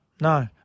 No